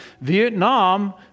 Vietnam